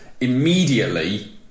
immediately